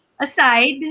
aside